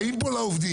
באים פה לעובדים,